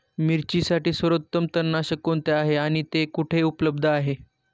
मिरचीसाठी सर्वोत्तम तणनाशक कोणते आहे आणि ते कुठे उपलब्ध आहे?